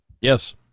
yes